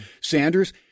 Sanders